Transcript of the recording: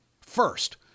First